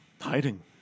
hiding